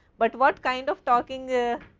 but what kind of talking?